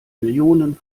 millionen